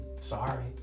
sorry